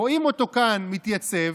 רואים אותו כאן מתייצב,